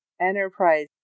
Enterprise